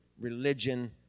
religion